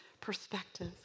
perspective